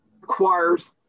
requires